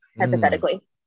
hypothetically